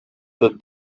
peut